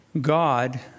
God